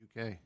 UK